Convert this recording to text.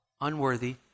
Unworthy